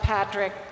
Patrick